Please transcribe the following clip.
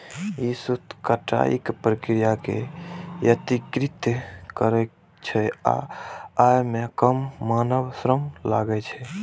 ई सूत कताइक प्रक्रिया कें यत्रीकृत करै छै आ अय मे कम मानव श्रम लागै छै